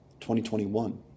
2021